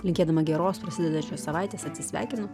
linkėdama geros prasidedančios savaitės atsisveikinu